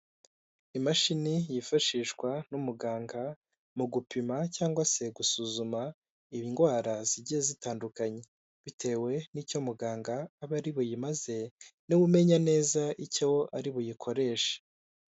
Imashini yifashishwa n'umuganga mu gupima cyangwa se gusuzuma indwara zigiye zitandukanye bitewe n'icyo muganga aba ari buyimaze, niwe umenya neza icyo ari buyikoreshe.